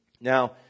Now